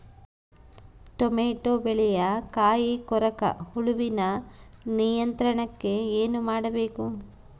Tomato ಬೆಳೆಯ ಕಾಯಿ ಕೊರಕ ಹುಳುವಿನ ನಿಯಂತ್ರಣಕ್ಕೆ ಏನು ಮಾಡಬೇಕು?